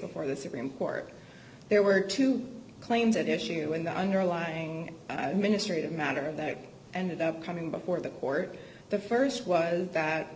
before the supreme court there were two claims at issue in the underlying ministry of matter that ended up coming before the court the st was that